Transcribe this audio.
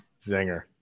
Zinger